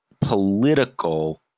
political